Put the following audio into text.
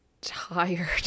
tired